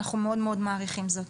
אנחנו מאוד מאוד מעריכים זאת.